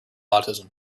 autism